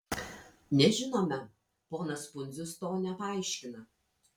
nežinome ponas pundzius to nepaaiškina